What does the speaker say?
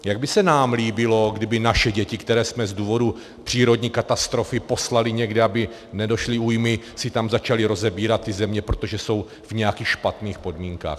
Jak by se nám líbilo, kdyby si naše děti, které jsme z důvodu přírodní katastrofy někam poslali, aby nedošly újmy, si tam začaly rozebírat ty země, protože jsou v nějakých špatných podmínkách?